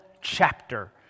chapter